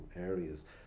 areas